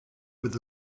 with